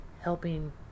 Helping